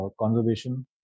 conservation